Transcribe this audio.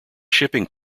shipping